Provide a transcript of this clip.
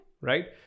Right